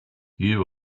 you